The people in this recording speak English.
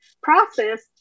process